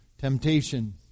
temptation